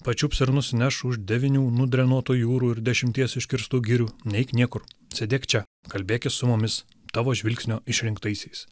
pačiups ir nusineš už devynių nudrenuotų jūrų ir dešimties iškirstų girių neik niekur sėdėk čia kalbėkis su mumis tavo žvilgsnio išrinktaisiais